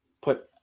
put